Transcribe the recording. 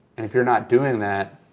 and if you're not doing that,